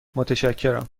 متشکرم